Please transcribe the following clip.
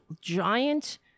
giant